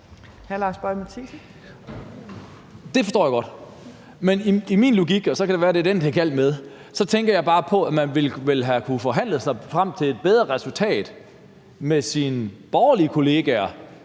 Lars Boje Mathiesen (NB): Det forstår jeg godt. Men i min logik – og så kan det være, det er den, det er galt med – tænker jeg bare på, at man vel ville have kunnet forhandle sig frem til et bedre resultat med sine borgerlige kollegaer